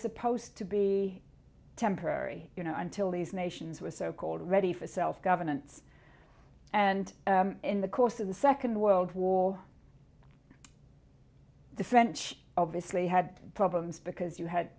supposed to be temporary you know until these nations were so called ready for self governance and in the course of the second world war the french obviously had problems because you had